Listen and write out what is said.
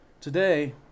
Today